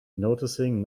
noticing